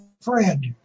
friend